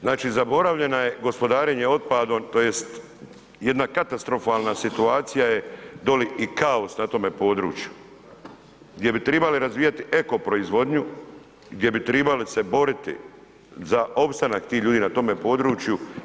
Znači zaboravljeno je gospodarenje otpadom tj. jedna katastrofalna situacije doli i kaos na tome području gdje bi tribali razvijati eko proizvodnju, gdje bi se tribali boriti za opstanak tih ljudi na tome području.